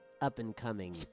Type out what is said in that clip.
...up-and-coming